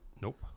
Nope